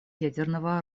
ядерного